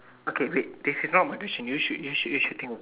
okay wait they should not my question you should you should you should think of this